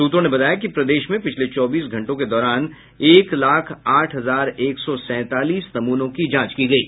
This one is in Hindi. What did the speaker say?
सूत्रों ने बताया कि प्रदेश में पिछले चौबीस घंटों के दौरान एक लाख आठ हजार एक सौ सैंतालीस नमूनों की जांच की गयी